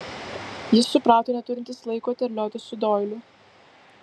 jis suprato neturintis laiko terliotis su doiliu